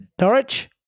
Norwich